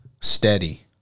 steady